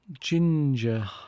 ginger